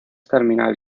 terminal